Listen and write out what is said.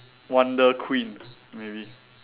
wonder queen maybe